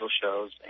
shows